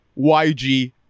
YG